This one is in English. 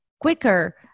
quicker